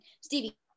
Stevie